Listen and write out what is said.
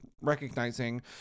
recognizing